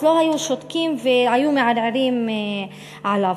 אז לא היו שותקים והיו מערערים עליו.